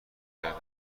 کردم